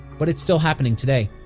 but it's still happening today.